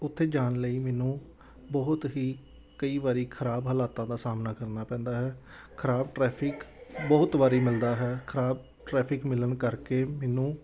ਉੱਥੇ ਜਾਣ ਲਈ ਮੈਨੂੰ ਬਹੁਤ ਹੀ ਕਈ ਵਾਰ ਖ਼ਰਾਬ ਹਾਲਾਤਾਂ ਦਾ ਸਾਹਮਣਾ ਕਰਨਾ ਪੈਂਦਾ ਹੈ ਖ਼ਰਾਬ ਟਰੈਫਿਕ ਬਹੁਤ ਵਾਰ ਮਿਲਦਾ ਹੈ ਖ਼ਰਾਬ ਟਰੈਫਿਕ ਮਿਲਣ ਕਰਕੇ ਮੈਨੂੰ